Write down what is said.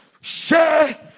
share